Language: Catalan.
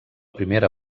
primera